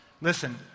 Listen